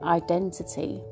identity